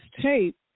tape